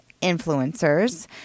influencers